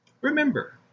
Remember